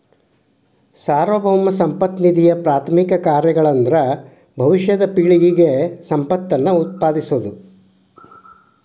ಸಾರ್ವಭೌಮ ಸಂಪತ್ತ ನಿಧಿಯಪ್ರಾಥಮಿಕ ಕಾರ್ಯಗಳಂದ್ರ ಭವಿಷ್ಯದ ಪೇಳಿಗೆಗೆ ಸಂಪತ್ತನ್ನ ಉತ್ಪಾದಿಸೋದ